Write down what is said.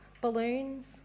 balloons